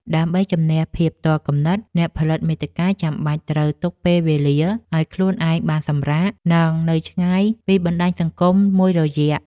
ដើម្បីជម្នះភាពទាល់គំនិត អ្នកផលិតមាតិកាចាំបាច់ត្រូវទុកពេលវេលាឱ្យខ្លួនឯងបានសម្រាក និងនៅឆ្ងាយពីបណ្ដាញសង្គមមួយរយៈ។